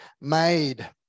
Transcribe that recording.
made